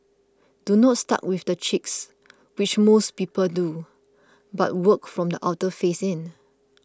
do not start with the cheeks which most people do but work from the outer face in